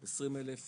כ-20 אלף